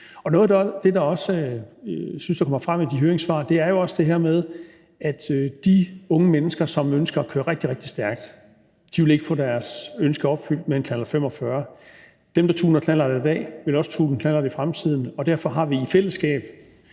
Noget af det, jeg synes kommer frem i de høringssvar, er jo også det her med, at de unge mennesker, som ønsker at køre rigtig, rigtig stærkt, ikke vil få deres ønske opfyldt med en knallert 45. De, der tuner en knallert i dag, vil også tune en knallert i fremtiden, og derfor har vi i fællesskab